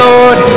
Lord